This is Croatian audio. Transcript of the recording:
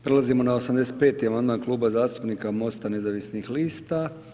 Prelazimo na 85. amandman Kluba zastupnika MOST-a nezavisnih lista.